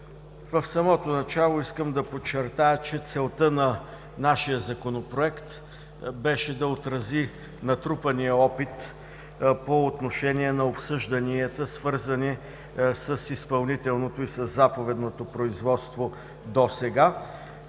В самото начало искам да подчертая, че целта на нашия Законопроект беше да отрази натрупания опит по отношение на обсъжданията, свързани с изпълнителното и със заповедното производство досега,